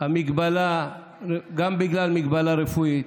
מגבלה רפואית,